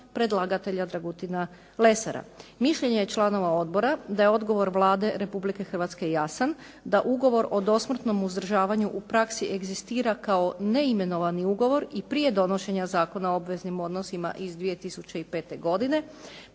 predlagatelja Dragutina Lesara. Mišljenje je članova odbora da je odgovor Vlade Republike Hrvatske jasan, da ugovor o dosmrtnom uzdržavanju u praksi egzistira kao neimenovani ugovor i prije donošenja Zakona o obveznim odnosima iz 2005. godine